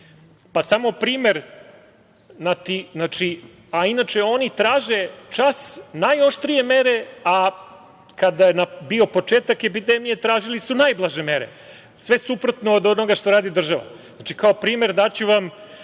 Samo primer, a inače oni traže čas najoštrije mere, a kada je bio početak epidemije tražili su najblaže mere. Sve suprotno od onoga što radi država. Kao primer daću vam